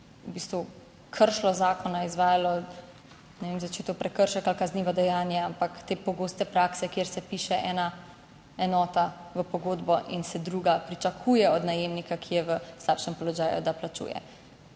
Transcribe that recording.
v bistvu kršilo zakona, izvajalo, ne vem, zaščito, prekršek ali kaznivo dejanje, ampak te pogoste prakse, kjer se piše ena enota v pogodbo in se druga pričakuje od najemnika, ki je v slabšem položaju, da plačuje.